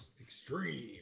Extreme